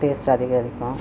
taste அதிகரிக்கும்